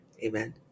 Amen